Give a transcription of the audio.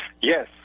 Yes